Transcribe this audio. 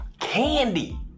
Candy